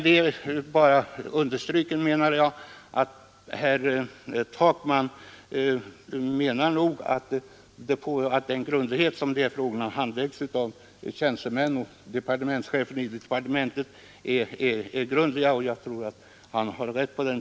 Om herr Takman menar att det sätt på vilket de här frågorna handläggs av departementschefen och tjänstemännen i departementet är grundligt så håller jag gärna med honom om det.